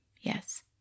Yes